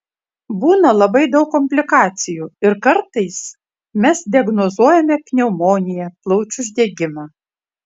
būna labai daug komplikacijų ir kartais mes diagnozuojame pneumoniją plaučių uždegimą